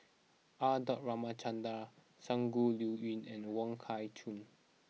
R dot Ramachandran Shangguan Liuyun and Wong Kah Chun